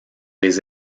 les